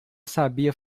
sabia